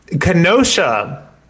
Kenosha